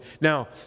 Now